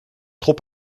trop